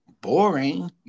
Boring